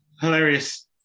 hilarious